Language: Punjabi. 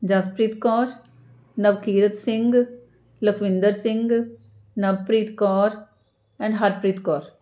ਜਸਪ੍ਰੀਤ ਕੌਰ ਨਵਕੀਰਤ ਸਿੰਘ ਲਖਵਿੰਦਰ ਸਿੰਘ ਨਵਪ੍ਰੀਤ ਕੌਰ ਐਂਡ ਹਰਪ੍ਰੀਤ ਕੌਰ